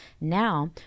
Now